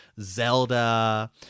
Zelda